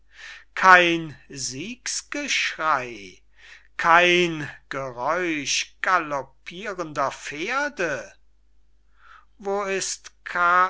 kein siegsgeschrey kein geräusch galoppirender pferde wo ist